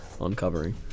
uncovering